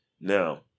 Now